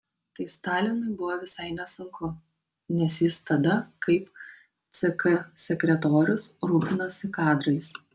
tai stalinui buvo visai nesunku nes jis tada kaip ck sekretorius rūpinosi kadrais